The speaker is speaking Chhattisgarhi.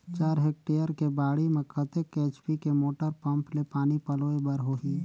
चार हेक्टेयर के बाड़ी म कतेक एच.पी के मोटर पम्म ले पानी पलोय बर होही?